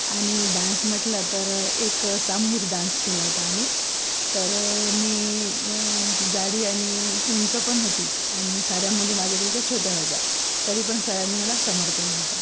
आणि डांस म्हटलं तर एक सामूहिक डांस केला होता आम्ही तर मी जाडी आणि उंच पण होती आणि साऱ्या मुली माझ्यापेक्षा छोट्या होत्या तरी पण सरांनी मला समोर केलं होतं